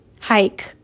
hike